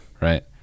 right